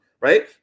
Right